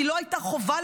כי לא הייתה חובה,